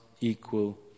equal